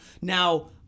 Now